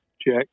check